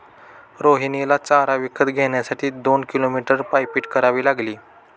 रोहिणीला चारा विकत घेण्यासाठी दोन किलोमीटर पायपीट करावी लागली